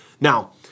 now